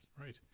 right